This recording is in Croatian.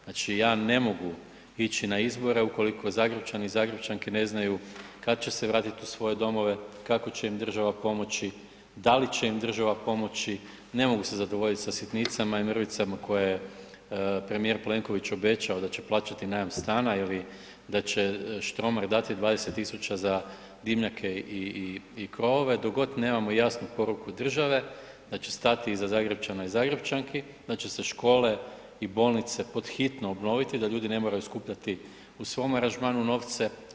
Znači ja ne mogu ići na izbore ukoliko Zagrepčani i Zagrepčanke ne znaju kad će se vratiti u svoje domove, kako će im država pomoći, da li će im država pomoći, ne mogu se zadovoljiti sa sitnicama i mrvicama koje premijer Plenković obećao da će plaćati najam stana ili da Štromar dati 20.000 za dimnjake i krovove, dok god nemamo jasnu poruku države da će stati iza Zagrepčana i Zagrepčanki, da će se škole i bolnice pod hitno obnoviti, da ljudi ne moraju skupljati u svom aranžmanu novce.